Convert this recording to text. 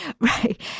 Right